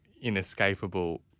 inescapable